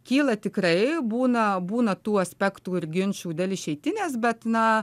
kyla tikrai būna būna būna tų aspektų ir ginčų dėl išeitinės bet na